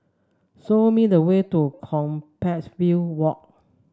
show me the way to Compassvale Walk